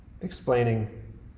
explaining